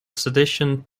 sedition